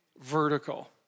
vertical